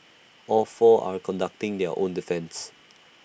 all four are conducting their own defence